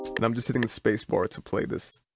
and um just hitting the space bar to play this.